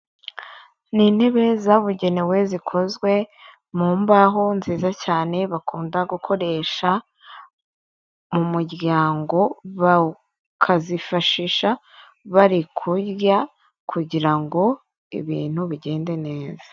Ni intebe zabugenewe zikozwe mu mbaho nziza cyane bakunda gukoresha mu muryango bakazifashisha bari kurya kugira ngo ibintu bigende neza.